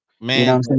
man